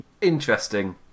interesting